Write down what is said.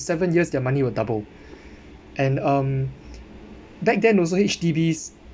seven years their money will double and um back then also H_D_Bs